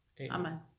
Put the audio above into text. Amen